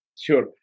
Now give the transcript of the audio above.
Sure